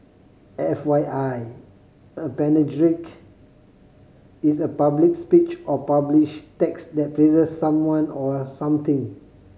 F Y I a panegyric is a public speech or published text that praises someone or something